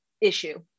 issue